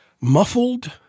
muffled